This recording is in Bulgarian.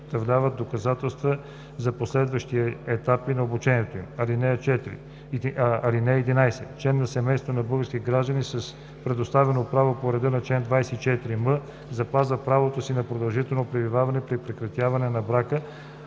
представят доказателства за последващи етапи от обучението им. (11) Член на семейството на български гражданин с предоставено право по реда на чл. 24м запазва правото си на продължително пребиваване при прекратяване на брака,